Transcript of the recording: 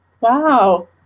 Wow